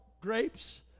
Grapes